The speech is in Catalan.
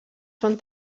són